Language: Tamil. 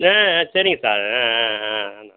ஆ சரிங்க சார் ஆ ஆ ஆ ஆ